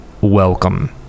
welcome